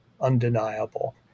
undeniable